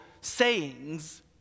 sayings